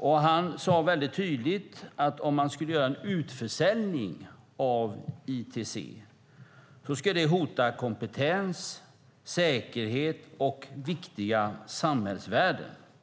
Han sade väldigt tydligt att om man skulle göra en utförsäljning av ICT skulle det hota kompetens, säkerhet och viktiga samhällsvärden.